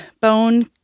bone